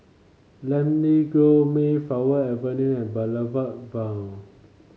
Namly Grove Mayflower Avenue and Boulevard Vue